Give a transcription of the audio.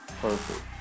Perfect